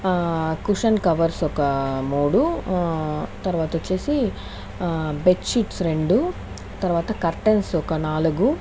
cushion covers ఒక మూడు తర్వాత వచ్చేసి బెడ్ షీట్స్ రెండు తర్వాత కర్టెన్సు ఒక నాలుగు